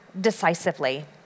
decisively